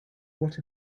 what